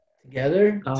Together